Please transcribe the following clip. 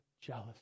jealous